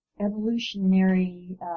evolutionary